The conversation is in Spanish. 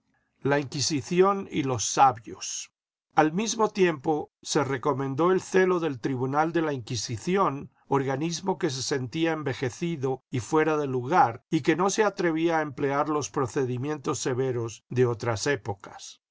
la inquisición y los sabios al mismo tiempo se recomendó el celo del tribunal de la inquisición organismo que se sentía envejecido y fuera de lugar y que no se atrevía a emplear ios procedimientos severos de otras épocas